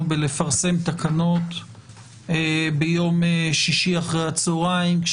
בפרסום תקנות ביום שישי אחרי הצוהריים,